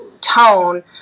tone